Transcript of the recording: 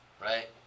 right